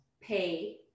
pay